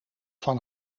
van